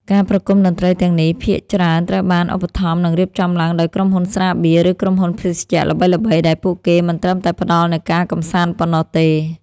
ការប្រគំតន្ត្រីទាំងនេះ ភាគច្រើនត្រូវបានឧបត្ថម្ភ និងរៀបចំឡើងដោយក្រុមហ៊ុនស្រាបៀរ ឬក្រុមហ៊ុនភេសជ្ជៈល្បីៗ ដែលពួកគេមិនត្រឹមតែផ្ដល់នូវការកម្សាន្តប៉ុណ្ណោះទេ។